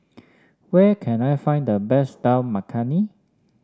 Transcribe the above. where can I find the best Dal Makhani